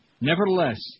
Nevertheless